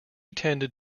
tended